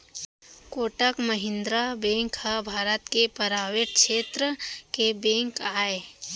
Kotak Mahindra bank ह भारत के परावेट छेत्र के बेंक आय